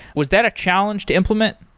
was that a challenge to implement?